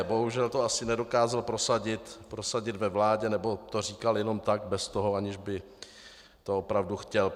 Bohužel to asi nedokázal prosadit ve vládě, nebo to říkal jenom tak bez toho, aniž by to opravdu chtěl.